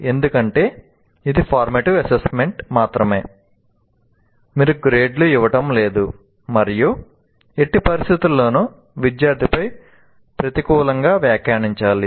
ఎందుకంటే ఇది formative assessment మాత్రమే మీరు గ్రేడ్ లు ఇవ్వడం లేదు మరియు ఎట్టి పరిస్థితుల్లోనూ విద్యార్థిపై ప్రతికూలంగా వ్యాఖ్యానించాలి